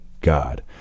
God